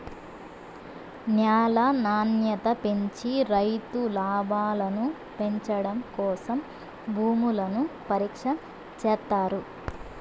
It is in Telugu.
న్యాల నాణ్యత పెంచి రైతు లాభాలను పెంచడం కోసం భూములను పరీక్ష చేత్తారు